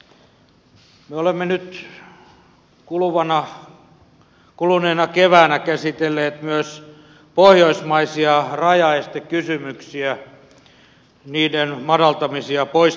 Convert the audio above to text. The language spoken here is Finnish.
me olemme nyt kuluneena keväänä käsitelleet myös pohjoismaisia rajaestekysymyksiä niiden madaltamisia poistamisia